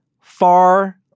far